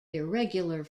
irregular